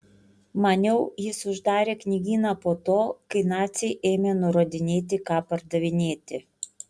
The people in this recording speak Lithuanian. maniau jis uždarė knygyną po to kai naciai ėmė nurodinėti ką pardavinėti